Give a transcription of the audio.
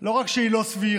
לא רק שהיא לא סבירה,